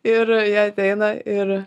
ir jie ateina ir